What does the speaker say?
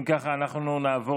אם ככה, אנחנו נעבור